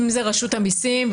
רשות המיסים,